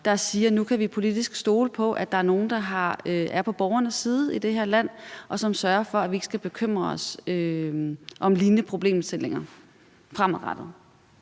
der siger, at nu kan vi politisk stole på, at der er nogen, der er på borgernes side i det her land, og som sørger for, at vi ikke skal bekymre os om lignende problemstillinger fremadrettet?